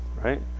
right